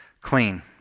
clean